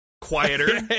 quieter